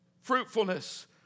fruitfulness